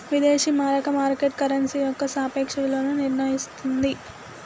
విదేశీ మారక market currency యొక్క సాపేక్ష విలువను నిర్ణయిస్తన్నాది